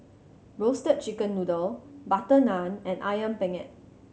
Roasted Chicken Noodle butter naan and Ayam Penyet